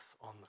on